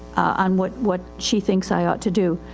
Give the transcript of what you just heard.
on what, what she thinks i ought to do.